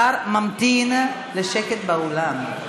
השר ממתין לשקט באולם.